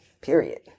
Period